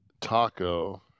taco